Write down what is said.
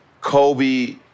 Kobe